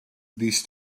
these